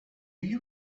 you